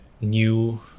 new